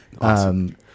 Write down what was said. Awesome